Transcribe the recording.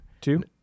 Two